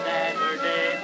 Saturday